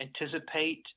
anticipate